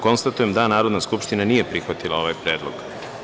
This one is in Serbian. Konstatujem da Narodna skupština nije prihvatila ovaj predlog.